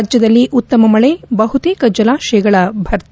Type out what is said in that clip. ರಾಜ್ಲದಲ್ಲಿ ಉತ್ತಮ ಮಳೆ ಬಹುತೇಕ ಜಲಾಶಯಗಳ ಭರ್ತಿ